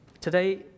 Today